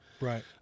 Right